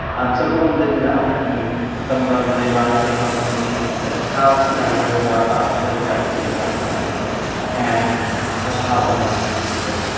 um some of them didn't know. and some of them later on came up to me and said, how can i learn more about what it's like to be undocumented and how to help undocumented people?